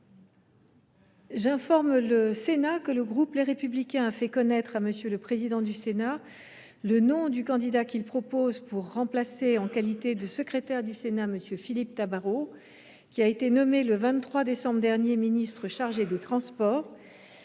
J’informe le Sénat que le groupe Les Républicains a fait connaître à M. le président du Sénat le nom du candidat qu’il propose pour remplacer, en qualité de secrétaire du Sénat, M. Philippe Tabarot, qui a été nommé le 23 décembre dernier ministre chargé des transports.